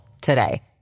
today